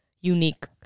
unique